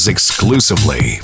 exclusively